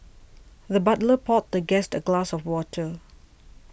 the butler poured the guest a glass of water